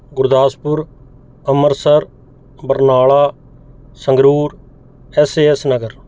Gurdaspur Amritsar Barnala Sangrur S A S Nagar